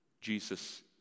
Jesus